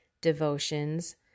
devotions